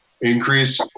increase